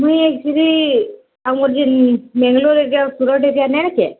ମୁଁ ଏକା ଯିିବି ଆମର ଯେଉଁ ବେଙ୍ଗଲୋର୍ ସୁରଟ୍ରେ ନା କି